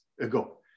ago